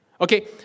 Okay